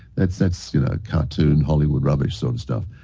that's that's you know cartoon, hollywood rubbish sort of stuff.